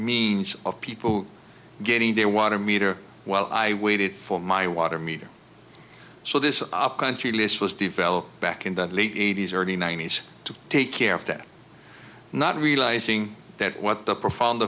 means of people getting their water meter while i waited for my water meter so this upcountry list was developed back in that league eighty's early ninety's to take care of that not realising that what the profound